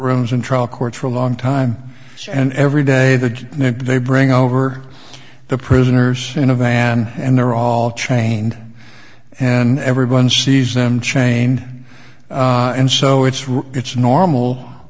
courtrooms and trial courts for a long time and every day that they bring over the prisoners in a van and they're all trained and everyone sees them trained and so it's really it's normal